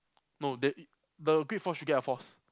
no the the great force should get a force